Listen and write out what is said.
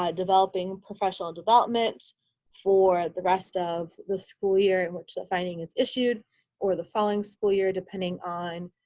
ah developing professional development for the rest of the school year in which the finding is issued or the following school year, depending on